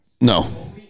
No